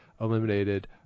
eliminated